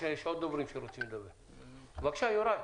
בבקשה, יוראי.